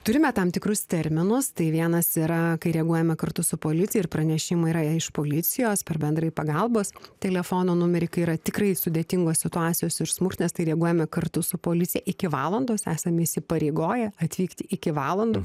turime tam tikrus terminus tai vienas yra kai reaguojame kartu su policija ir pranešimai yra iš policijos per bendrąjį pagalbos telefono numerį kai yra tikrai sudėtingos situacijos ir smurtinės tai reaguojame kartu su policija iki valandos esame įsipareigoję atvykti iki valandų